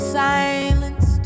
silence